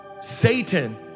Satan